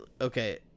Okay